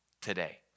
today